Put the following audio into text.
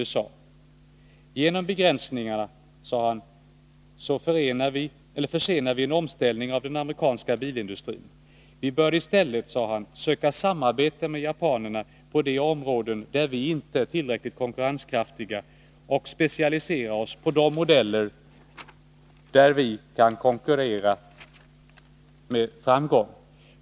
Han sade: Genom begränsningar försenar vi en omställning av den amerikanska bilindustrin. Vi bör i stället söka samarbete med japanerna på de områden där vi inte är tillräckligt konkurrenskraftiga och specialisera oss på de modeller där vi kan konkurrera med framgång.